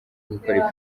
gukora